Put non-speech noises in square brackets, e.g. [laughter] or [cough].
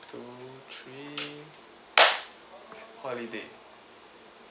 one two three [noise] holiday